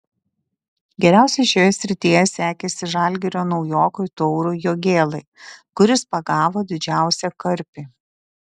geriausiai šioje srityje sekėsi žalgirio naujokui taurui jogėlai kuris pagavo didžiausią karpį